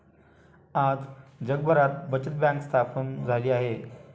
आज जगभरात बचत बँक स्थापन झाली आहे